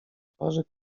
twarzy